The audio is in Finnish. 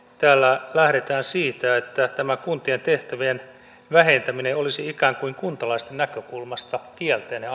täällä lähdetään siitä että tämä kuntien tehtävien vähentäminen olisi kuntalaisten näkökulmasta ikään kuin kielteinen